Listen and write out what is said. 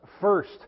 first